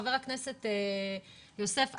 חבר הכנסת יוסף,